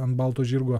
ant balto žirgo